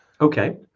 okay